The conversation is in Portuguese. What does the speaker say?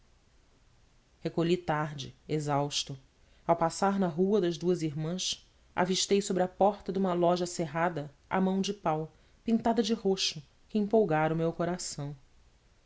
recolhi tarde exausto ao passar na rua das duas irmãs avistei sobre a porta de uma loja cerrada a mão de pau pintada de roxo que empolgara o meu coração